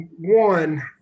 One